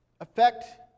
affect